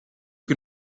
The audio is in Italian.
che